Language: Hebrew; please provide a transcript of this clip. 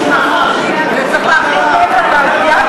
מה עם "הארץ" אל, לעיתון "הארץ" למה להרחיק לכת?